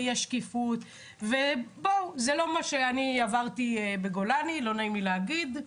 יש שקיפות וזה לא מה שאני עברתי בגולני לא נעים לי להגיד,